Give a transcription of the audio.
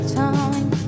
time